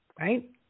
Right